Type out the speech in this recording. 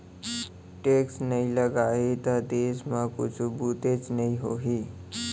tax नइ लगाही त देस म कुछु बुतेच नइ होही